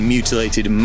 Mutilated